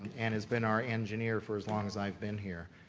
and has been our engineer for as long as i've been here.